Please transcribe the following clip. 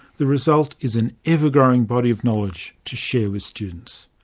the result is an ever-growing body of knowledge to share with students.